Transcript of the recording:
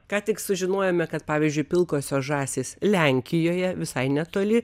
ką tik sužinojome kad pavyzdžiui pilkosios žąsys lenkijoje visai netoli